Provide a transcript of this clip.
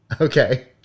Okay